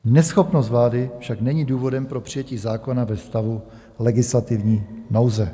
Neschopnost vlády však není důvodem pro přijetí zákona ve stavu legislativní nouze.